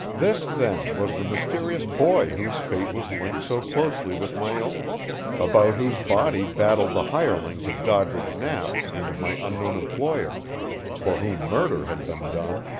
this, then, was the mysterious boy whose fate was linked so closely with my own about whose body battled the hirelings of doddridge knapp and of my unknown employer for whom murder had been done,